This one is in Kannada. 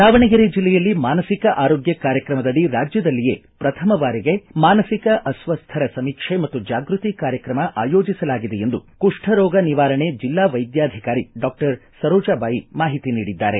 ದಾವಣಗೆರೆ ಜಿಲ್ಲೆಯಲ್ಲಿ ಮಾನಸಿಕ ಆರೋಗ್ಯ ಕಾರ್ಯಕ್ರಮದಡಿ ರಾಜ್ಯದಲ್ಲಿಯೇ ಪ್ರಥಮ ಬಾರಿಗೆ ಮಾನಸಿಕ ಅಸ್ವಸ್ಟರ ಸಮೀಕ್ಷೆ ಮತ್ತು ಜಾಗೃತಿ ಕಾರ್ಯಕ್ರಮ ಆಯೋಜಿಸಲಾಗಿದೆ ಎಂದು ಕುಷ್ಠ ರೋಗ ನಿವಾರಣೆ ಜಿಲ್ಲಾ ವೈದ್ಯಾಧಿಕಾರಿ ಡಾಕ್ಟರ್ ಸರೋಜಾಬಾಯಿ ಮಾಹಿತಿ ನೀಡಿದ್ದಾರೆ